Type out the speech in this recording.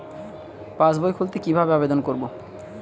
পাসবই খুলতে কি ভাবে আবেদন করব?